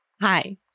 Hi